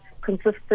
consistent